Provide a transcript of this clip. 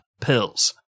pills